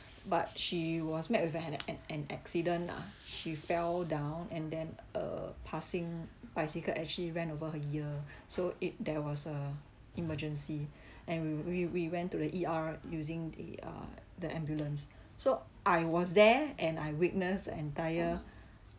but she was met with an an an accident lah she fell down and then a passing bicycle actually ran over her ear so it there was a emergency and we we we went to the E_R using the uh the ambulance so I was there and I witnessed entire